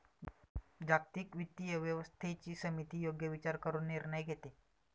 जागतिक वित्तीय व्यवस्थेची समिती योग्य विचार करून निर्णय घेते